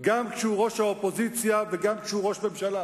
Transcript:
גם כשהוא ראש האופוזיציה וגם כשהוא ראש ממשלה,